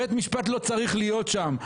בית משפט לא צריך להיות שם.